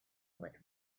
with